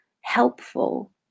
helpful